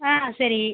ஆ சரி